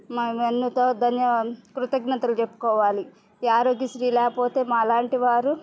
మేము ఎంతో కృతజ్ఞతలు చెప్పుకోవాలి ఈ ఆరోగ్యశ్రీ లేకపోతే మాలాంటివారు